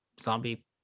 zombie